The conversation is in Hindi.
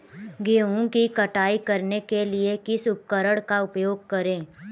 गेहूँ की कटाई करने के लिए किस उपकरण का उपयोग करें?